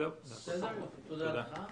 תודה לך.